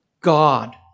God